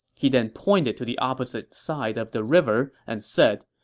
he then pointed to the opposite side of the river and said,